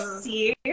see